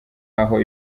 aho